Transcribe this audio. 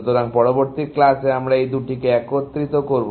সুতরাং পরবর্তী ক্লাসে আমরা এই দুটিকে একত্রিত করব